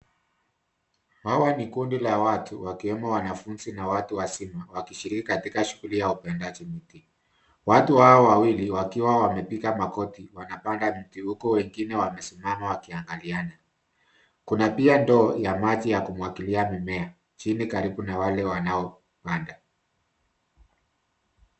Hawa ni kundi la watu wakiwemo wanafunzi na watu wazima wakishiriki katika shughuli ya upandaji miti. Watu wawili wakiwa wamepiga magoti wanapanda mti huku wengine wamesimama wakiangaliana. Kuna pia ndoo ya maji ya kumwagilia mimea, chini karibu na wale wanao panda.